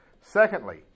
Secondly